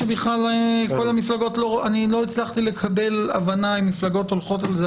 לא הצלחתי לקבל הבנה אם המפלגות הולכות על זה,